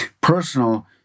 personal